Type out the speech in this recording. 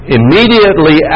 immediately